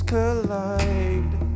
Collide